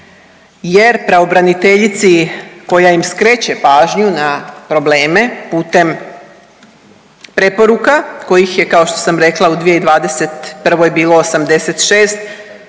jer pravobraniteljici koja im skreće pažnju na probleme putem preporuka kojih je kao što sam rekla u 2021. bilo 86